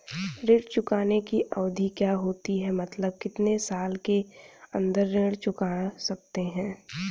ऋण चुकाने की अवधि क्या होती है मतलब कितने साल के अंदर ऋण चुका सकते हैं?